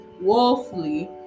woefully